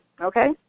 Okay